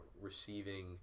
receiving